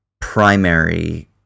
primary